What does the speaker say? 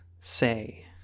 say